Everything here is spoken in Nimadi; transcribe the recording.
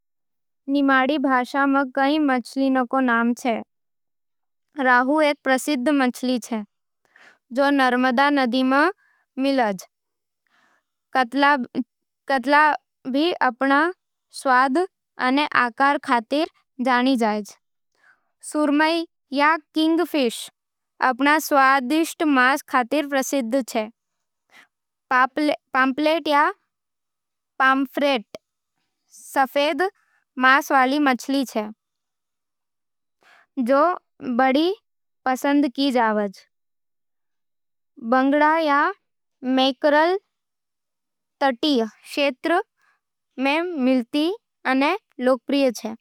निमाड़ी भाषा में कई मछलियों के नाम होवे। रोहू एक प्रसिद्ध मछली है, जे नर्मदा नदी में पाई जावे। कतला भी अपणे स्वाद अने आकार खातिर जानी जावेज। सुरमई या किंगफिश अपन स्वादिष्ट मांस खातिर प्रसिद्ध होवे। पापलेट या पाम्फ्रेट सफेद मांस वाली मछली छे, जे बड़ पसंद की जावे। बंगड़ा या मैकेरल तटीय क्षेत्रों में मिलती अने लोकप्रिय होवे।